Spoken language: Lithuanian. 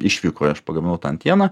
išvykoj aš pagaminau tą antieną